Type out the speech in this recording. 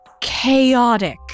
chaotic